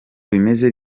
bimeze